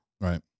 Right